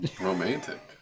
Romantic